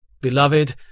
Beloved